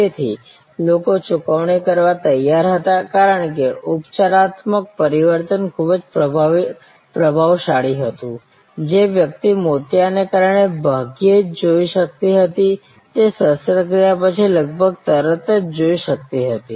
તેથી લોકો ચૂકવણી કરવા તૈયાર હતા કારણ કે ઉપચારાત્મક પરિવર્તન ખૂબ જ પ્રભાવશાળી હતું જે વ્યક્તિ મોતિયાને કારણે ભાગ્યે જ જોઈ શકતી હતી તે શસ્ત્ર ક્રિયા પછી લગભગ તરત જ જોઈ શકતી હતી